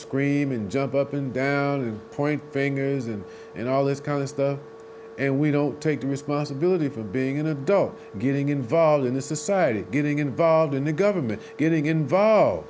scream and jump up and down and point fingers and in all this callous the air we don't take responsibility for being an adult getting involved in the society getting involved in the government getting involved